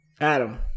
Adam